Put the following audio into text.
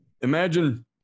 imagine